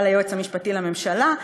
על היועץ המשפטי לממשלה,